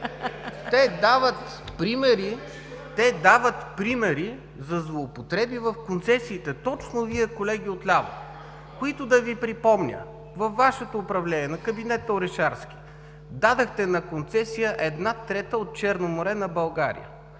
Те дават примери за злоупотреби в концесиите! Точно Вие, колеги, от ляво, на които да припомня, че във Вашето управление, в кабинета Орешарски дадохте на концесия една трета от Черно море на България